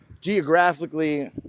Geographically